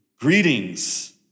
Greetings